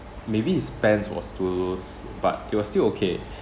maybe his pants was too loose but it was still okay